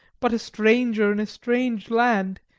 but a stranger in a strange land,